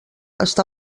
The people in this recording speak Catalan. està